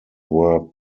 were